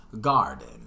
Garden